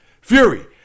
fury